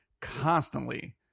constantly